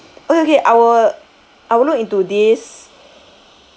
okay okay I will I will look into this